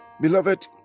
Beloved